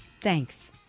Thanks